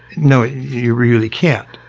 no, you really can't.